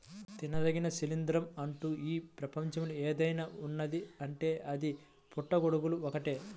తినదగిన శిలీంద్రం అంటూ ఈ ప్రపంచంలో ఏదైనా ఉన్నదీ అంటే అది పుట్టగొడుగులు ఒక్కటే